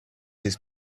his